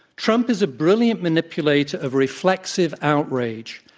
trump is a brilliant manipulator of reflexive outrage.